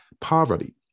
poverty